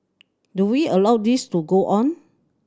do we allow this to go on